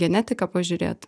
genetiką pažiūrėt